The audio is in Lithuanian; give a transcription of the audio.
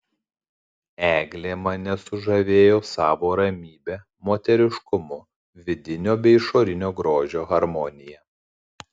eglė mane sužavėjo savo ramybe moteriškumu vidinio bei išorinio grožio harmonija